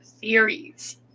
theories